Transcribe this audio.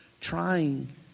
trying